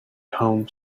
home